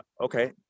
okay